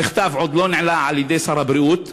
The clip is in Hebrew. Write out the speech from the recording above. המכתב עוד לא נענה על-ידי שר הבריאות,